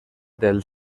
del